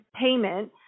payment